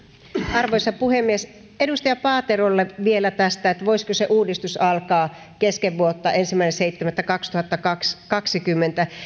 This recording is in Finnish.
arvoisa puhemies edustaja paaterolle vielä tästä että voisiko se uudistus alkaa kesken vuotta ensimmäinen seitsemättä kaksituhattakaksikymmentä